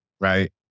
Right